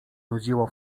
nudziło